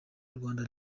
rwanda